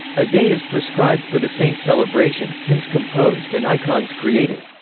a day is prescribed for the saint's celebration, hymns composed and icons created.